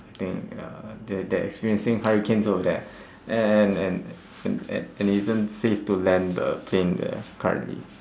I think uh they they're experiencing hurricanes over there and and and and and it isn't safe to land the plane there currently